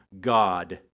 God